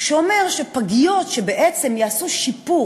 שאומר שפגיות שישתפרו,